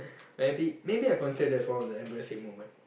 maybe maybe I consider that's one of the embarrassing moment